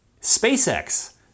SpaceX